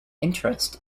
interest